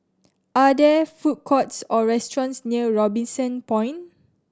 are there food courts or restaurants near Robinson Point